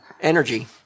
energy